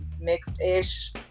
Mixed-ish